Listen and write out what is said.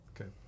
Okay